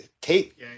tape